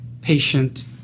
patient